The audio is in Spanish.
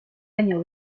año